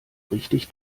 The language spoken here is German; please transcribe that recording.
richtig